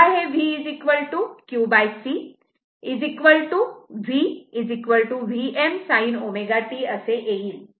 तेव्हा हे V qC V Vm sin ω t असे येईल